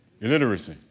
illiteracy